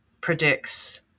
predicts